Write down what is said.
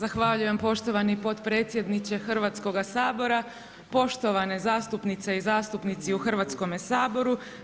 Zahvaljujem poštovani potpredsjedniče Hrvatskoga sabora, poštovane zastupnice i zastupnici u Hrvatskome saboru.